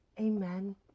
amen